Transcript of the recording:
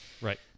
Right